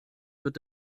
wird